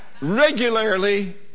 regularly